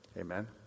Amen